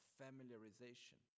familiarization